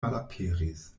malaperis